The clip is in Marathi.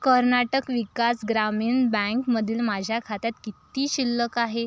कर्नाटक विकास ग्रामीण बँकमधील माझ्या खात्यात किती शिल्लक आहे